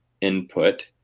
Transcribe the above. input